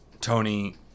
tony